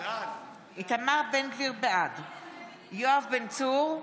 בעד יואב בן צור,